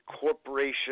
corporation